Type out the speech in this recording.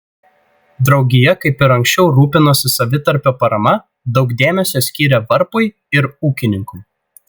draugija kaip ir anksčiau rūpinosi savitarpio parama daug dėmesio skyrė varpui ir ūkininkui